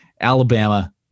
alabama